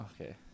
okay